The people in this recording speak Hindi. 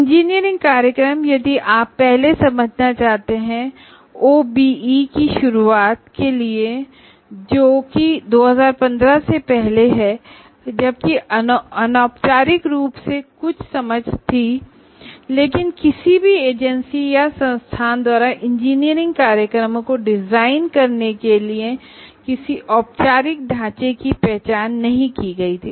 इंजीनियरिंग प्रोग्राम को यदि आप ओबीई की शुरूआत जो कि 2015 में हुईसे पहले समझना चाहते है तब अनौपचारिक रूप से कुछ समझ थी लेकिन किसी भी एजेंसी या संस्थान द्वारा इंजीनियरिंग प्रोग्राम को डिजाइन करने के लिए किसी औपचारिक ढांचे की पहचान नहीं की गई थी